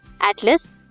Atlas